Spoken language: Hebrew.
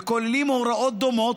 וכוללים הוראות דומות,